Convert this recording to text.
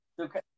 Okay